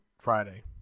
Friday